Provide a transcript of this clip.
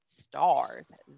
Stars